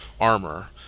armor